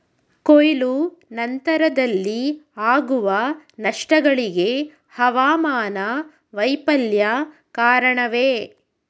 ಕೊಯ್ಲು ನಂತರದಲ್ಲಿ ಆಗುವ ನಷ್ಟಗಳಿಗೆ ಹವಾಮಾನ ವೈಫಲ್ಯ ಕಾರಣವೇ?